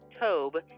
Tobe